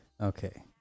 Okay